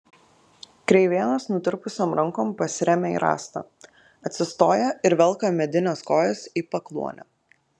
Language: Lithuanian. kreivėnas nutirpusiom rankom pasiremia į rąstą atsistoja ir velka medines kojas į pakluonę